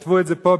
כתב את זה פה,